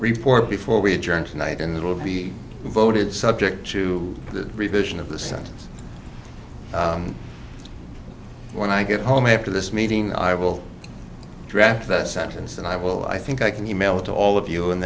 report before we adjourn tonight and it will be voted subject to the revision of the sentence when i get home after this meeting i will draft the sentence and i will i think i can email it to all of you and